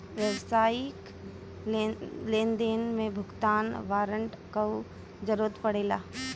व्यावसायिक लेनदेन में भुगतान वारंट कअ जरुरत पड़ेला